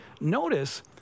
Notice